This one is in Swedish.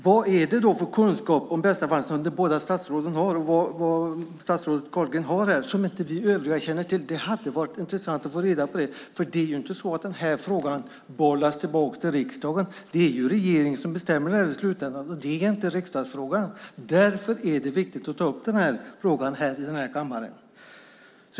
Vad är det då för kunskap som de båda statsråden har som vi övriga inte känner till? Det hade varit intressant att få reda på det, för den här frågan bollas inte tillbaka till riksdagen. Det är regeringen som bestämmer i slutändan. Det är inte en riksdagsfråga. Därför är det viktigt att ta upp frågan i den här kammaren.